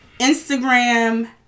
Instagram